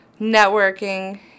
networking